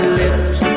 lips